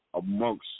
amongst